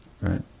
Right